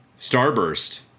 Starburst